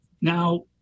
Now